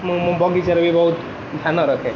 ମୁଁ ମୋ ବଗିଚାର ବି ବହୁତ ଧ୍ୟାନ ରଖେ